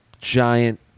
giant